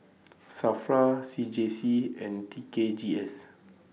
SAFRA C J C and T K G S